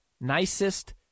nicest